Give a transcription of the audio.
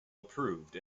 improved